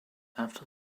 after